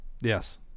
Yes